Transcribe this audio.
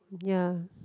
ya